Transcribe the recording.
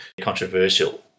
controversial